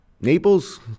Naples